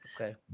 Okay